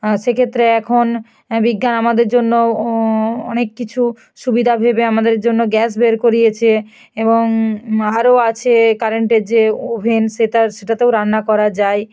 সেক্ষত্রে এখন বিজ্ঞান আমাদের জন্য অনেক কিছু সুবিধা ভেবে আমাদের জন্য গ্যাস বের করিয়েছে এবং আরো আছে কারেন্টের যে ওভেন সেটা সেটাতেও রান্না করা যায়